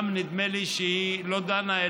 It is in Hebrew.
נדמה לי שגם היא לא דנה,